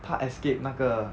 他 escape 那个